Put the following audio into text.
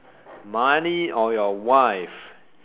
money or your wife